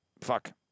fuck